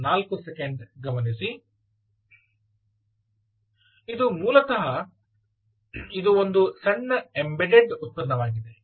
ಇದು ಮೂಲತಃ ಇದು ಒಂದು ಸಣ್ಣ ಎಂಬೆಡೆಡ್ ಉತ್ಪನ್ನವಾಗಿದೆ